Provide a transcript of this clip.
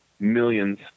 Millions